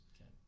Okay